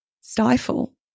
stifle